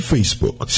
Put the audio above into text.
Facebook